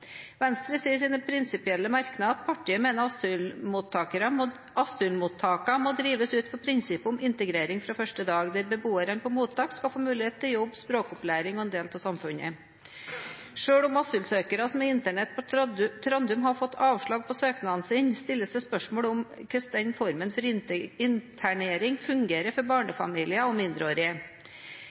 Venstre sier i sin prinsipielle merknad at partiet mener at asylmottakene må drives ut fra prinsippet om integrering fra første dag, hvor beboere på mottak skal få mulighet til jobb, språkopplæring og å bli en del av samfunnet. Selv om asylsøkere som er internert på Trandum, har fått avslag på søknaden sin, stilles det spørsmål om hvordan den formen for internering fungerer for barnefamilier og mindreårige.